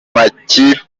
makipe